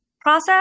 process